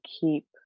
keep